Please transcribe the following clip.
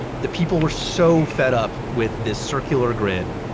the people were so fed up with this circular grid,